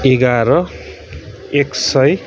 एघार एक सय